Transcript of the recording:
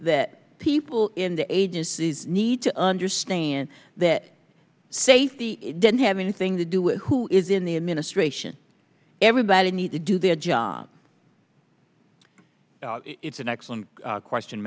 that people in the agencies need to understand that safety didn't have anything to do with who is in the administration everybody need to do their job it's an excellent question